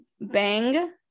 Bang